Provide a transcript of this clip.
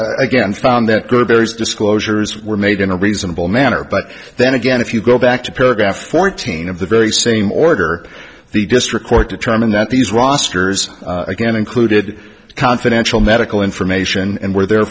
court again found that good varies disclosures were made in a reasonable manner but then again if you go back to paragraph fourteen of the very same order the district court determined that these rosters again included confidential medical information and were there